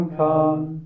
come